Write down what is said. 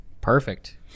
Perfect